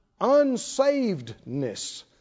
unsavedness